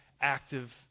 active